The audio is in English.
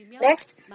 Next